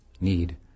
Need